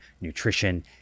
nutrition